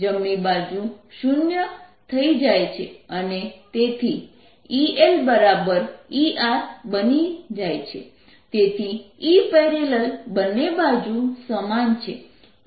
જમણી બાજુ શૂન્ય થઈ જાય છે અને તેથી ELER બની જાય છે તેથી E || બંને બાજુ સમાન છે